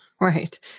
Right